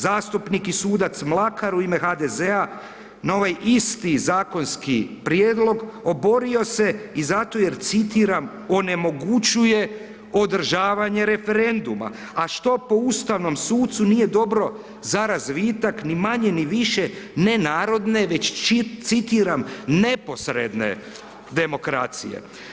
Zastupnik i sudac Mlakar u ime HDZ na ovaj isti zakonski prijedlog oborio se i zato jer, citiram, onemogućuje održavanje referenduma, a što po ustavnom sucu nije dobro za razvitak, ni manje, ni više, ne narodne, već citiram, neposredne demokracije.